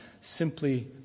simply